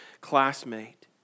classmate